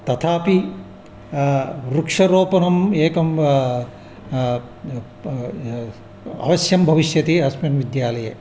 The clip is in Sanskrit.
तथापि वृक्षारोपणम् एकं प् अवश्यं भविष्यति अस्मिन् विद्यालये